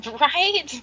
Right